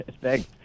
Thanks